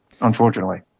Unfortunately